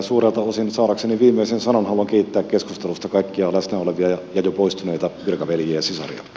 suurelta osin saadakseni viimeisen sanan haluan kiittää keskustelusta kaikkia alastomat ja etupoistuneita virkaveljiäsessa